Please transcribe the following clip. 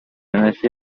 نشی